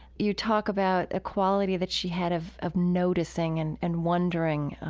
you talk about a quality that she had of of noticing and and wondering